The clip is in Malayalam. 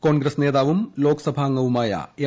കോൺഗ്രസ്സ് നേതാവും ലോകസഭാംഗവുമായ എം